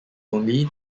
only